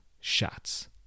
shots